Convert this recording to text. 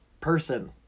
person